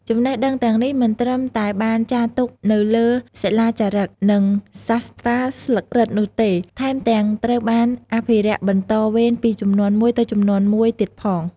ចំណេះដឹងទាំងនេះមិនត្រឹមតែបានចារទុកនៅលើសិលាចារឹក និងសាស្ត្រាស្លឹករឹតនោះទេ ថែមទាំងត្រូវបានអភិរក្សបន្តវេនពីជំនាន់មួយទៅជំនាន់មួយទៀតផង។